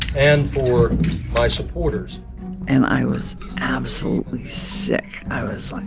and for my supporters and i was absolutely sick. i was, like,